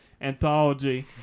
anthology